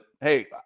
Hey